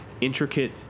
intricate